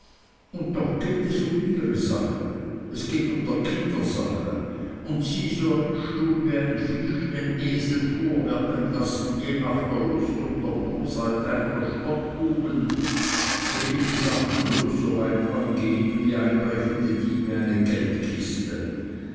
und doch geht es um ihre sache geht um der kinder sache und sie soll stumm wie ein fisch den esel fuhrwerken lassen je nach der lust und der bosheit einiger spottbuben welche die sache bloß so weit angeht wie einbrechende diebe eine geldkiste